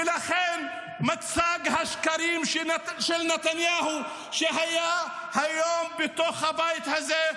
ולכן מצג השקרים של נתניהו שהיה היום בתוך הבית הזה,